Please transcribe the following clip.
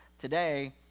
today